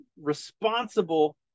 responsible